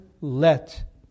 let